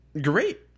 Great